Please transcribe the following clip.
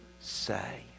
say